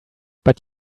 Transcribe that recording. but